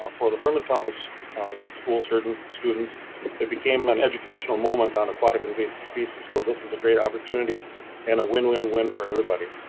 for the hermann thomas school students students it became an educational moment on aquatic invasive species so this is a great opportunity and a win-win-win for everybody.